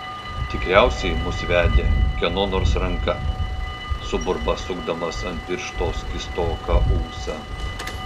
tikriausiai mus vedė kieno nors ranka suburba sukdamas ant piršto skystoką ūsą